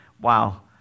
wow